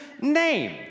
name